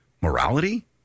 morality